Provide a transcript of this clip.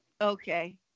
Okay